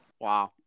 wow